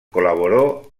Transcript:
colaboró